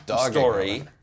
story